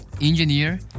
engineer